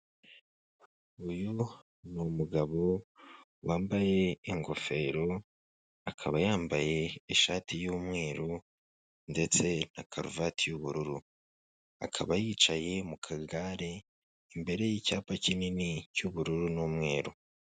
uyu n'umugabo wambaye ingofero akaba yambaye ishati y'umweru ndetse na karuvati y'ubururu akaba yicaye mu kagare imbere y'icyapa kinini cy'ubururu n'umweru